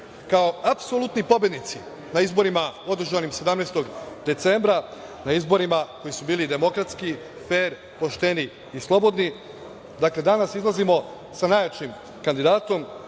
Kao apsolutni pobednici na izborima održanim 17. decembra, na izborima koji su bili demokratski, fer, pošteni i slobodni, danas izlazimo sa najjačim kandidatom